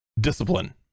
discipline